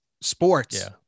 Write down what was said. sports